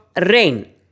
rain